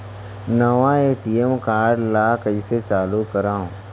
नवा ATM card ल कइसे चालू करव?